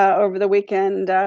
over the weekend.